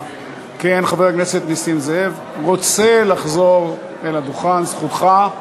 חבר הכנסת נסים זאב, רוצה לחזור אל הדוכן, זכותך.